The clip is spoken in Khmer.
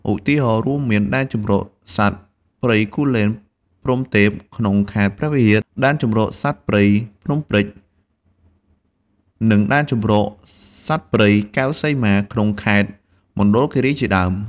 ឧទាហរណ៍ រួមមាន ដែនជម្រកសត្វព្រៃគូលែនព្រហ្មទេព ក្នុងខេត្តព្រះវិហារ ដែនជម្រកសត្វព្រៃភ្នំព្រេច និង ដែនជម្រកសត្វព្រៃកែវសីមា ក្នុងខេត្តមណ្ឌលគិរីជាដើម។